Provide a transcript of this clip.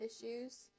issues